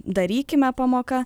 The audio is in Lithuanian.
darykime pamoka